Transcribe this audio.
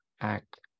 act